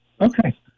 Okay